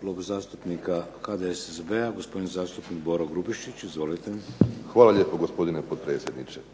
Klub zastupnika HDSSB-a gospodin zastupnik Boro Grubišić. Izvolite. **Grubišić, Boro (HDSSB)** Hvala lijepo gospodine potpredsjedniče.